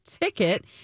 ticket